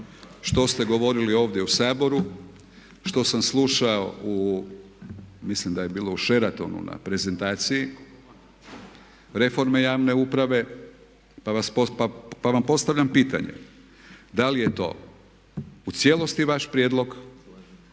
što ste govorili ovdje u Saboru, što sam slušao u mislim da je bilo u Sheratonu na prezentaciji reforme javne uprave pa vam postavljam pitanje da li je to u cijelosti vaš prijedlog